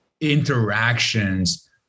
interactions